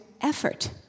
effort